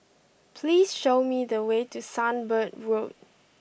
please show me the way to Sunbird Road